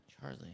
Charlie